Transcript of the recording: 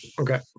Okay